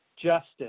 justice